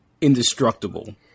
indestructible